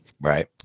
Right